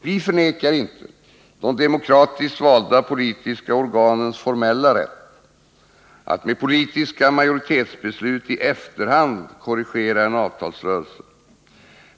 Vi förnekar inte de demokratiskt valda politiska organens formella rätt att med politiska majoritetsbeslut i efterhand korrigera en avtalsrörelse.